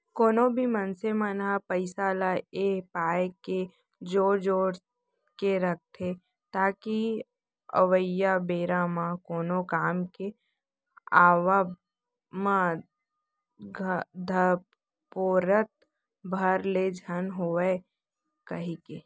कोनो भी मनसे मन ह पइसा ल ए पाय के जोर जोर के रखथे ताकि अवइया बेरा म कोनो काम के आवब म धपोरत भर ले झन होवन कहिके